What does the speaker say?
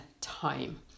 time